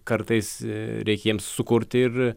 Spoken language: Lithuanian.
kartais reikia jiems sukurti ir